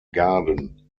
garden